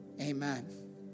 Amen